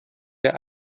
der